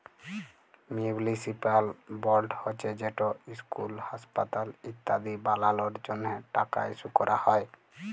municipal board হছে যেট school, হাঁসপাতাল ইত্যাদি বালালর জ্যনহে টাকা ইস্যু ক্যরা হ্যয়